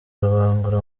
rubangura